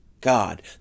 God